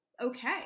okay